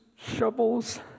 shovels